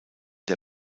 der